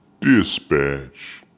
dispatch